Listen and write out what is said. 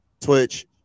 Twitch